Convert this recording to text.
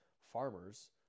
farmers